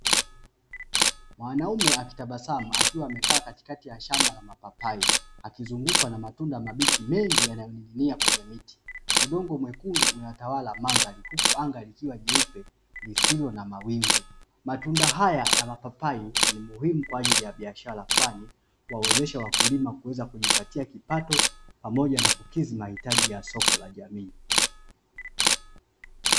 Mwanaume akitabasamu akiwa amekaa katikati ya shamba la mapapai akizungukwa na matunda mabichi mengi yanayoning'inia kwenye miti. Udongo mwekundu umeyatawala mandhari huku anga likiwa jeupe lisilo na mawingu. Matunda haya ya mapapai ni muhimu kwa ajili ya biashara kwani huwawezesha wakulima kuweza kujipatia kipato pamoja kukidhi mahitaji ya soko la jamii.